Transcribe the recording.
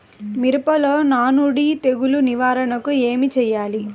మిరపలో నానుడి తెగులు నివారణకు ఏమి చేయాలి?